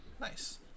Nice